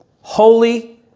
Holy